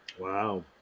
Wow